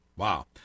Wow